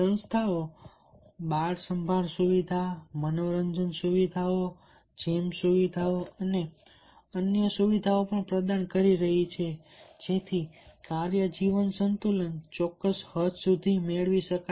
સંસ્થાઓ બાળ સંભાળ સુવિધા મનોરંજન સુવિધાઓ જિમ સુવિધાઓ અને અન્યો પણ પ્રદાન કરી રહી છે જેથી કાર્ય જીવન સંતુલન ચોક્કસ હદ સુધી મેળવી શકાય